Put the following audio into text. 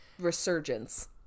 resurgence